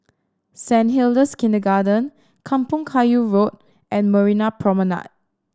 Saint Hilda's Kindergarten Kampong Kayu Road and Marina Promenade